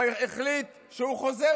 אתה מוזמן להירשם